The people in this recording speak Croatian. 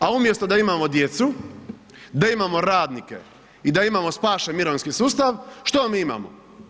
A umjesto da imamo djecu, da imamo radnike i da imamo spašen mirovinski sustav, što mi imamo?